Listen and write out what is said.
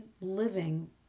living